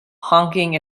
honking